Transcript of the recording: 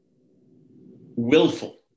willful